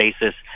basis